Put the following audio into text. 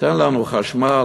תן לנו חשמל,